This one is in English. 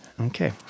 Okay